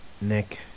Nick